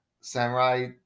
samurai